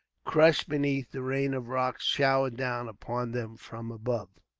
crushed beneath the rain of rocks showered down upon them from above.